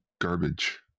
garbage